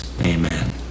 amen